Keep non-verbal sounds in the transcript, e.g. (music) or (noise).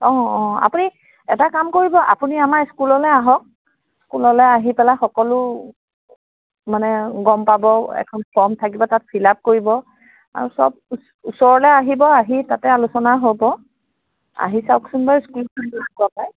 অঁ অঁ আপুনি এটা কাম কৰিব আপুনি আমাৰ স্কুললৈ আহক স্কুললৈ আহি পেলাই সকলো মানে গম পাব এখন ফৰ্ম থাকিব তাত ফিল আপ কৰিব আৰু চব ওচৰলৈ আহিব আহি তাতে আলোচনা হ'ব আহি চাওকওচন বাৰু স্কুলখনলৈ (unintelligible)